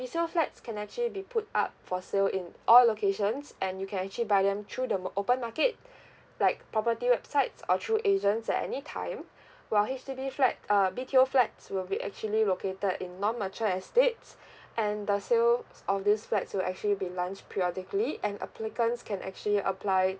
resale flats can actually be put up for sale in all locations and you can actually buy them through the mar~ open market like property websites or through agents at any time while H_D_B flat uh B_T_O flats will be actually located in non mature estates and the sales of these flats will actually be launched periodically and applicants can actually apply